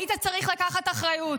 היית צריך לקחת אחריות.